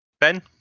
Ben